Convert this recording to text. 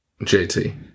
JT